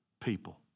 people